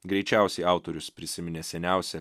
greičiausiai autorius prisiminė seniausią